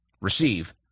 receive